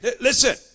Listen